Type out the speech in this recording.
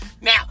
Now